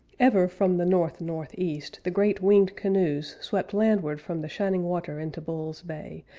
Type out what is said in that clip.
ever, from the north-north-east, the great winged canoes swept landward from the shining water into bull's bay,